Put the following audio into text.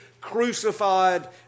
crucified